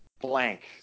blank